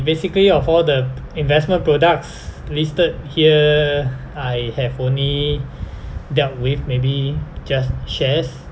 basically of all the investment products listed here I have only dealt with maybe just shares